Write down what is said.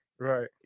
Right